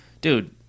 Dude